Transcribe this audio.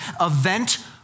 event